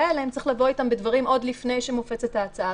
צריך לבוא בדברים עם השרים שזה נוגע אליהם עוד לפני שמופצת ההצעה.